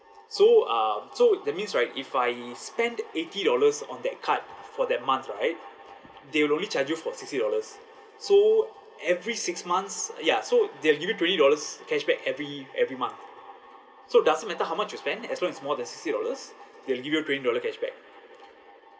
so um so that means right if I spend eighty dollars on that card for that month right they will only charge you for sixty dollars so every six months ya so they'll give me twenty dollars cashback every every month so doesn't matter how much you spend as long as more than sixty dollars they'll give you twenty dollars cashback